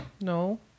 no